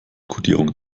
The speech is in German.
kodierung